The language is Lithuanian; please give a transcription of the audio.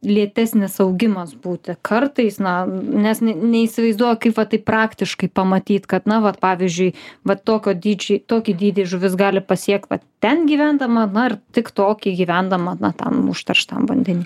lėtesnis augimas būti kartais na nes neįsivaizduoju kaip va taip praktiškai pamatyt kad na vat pavyzdžiui vat tokio dydžio tokį dydį žuvis gali pasiekt vat ten gyvendama na ir tik tokį gyvendama na tam užterštam vandeny